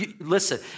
Listen